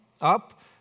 up